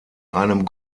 einem